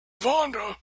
vonda